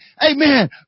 Amen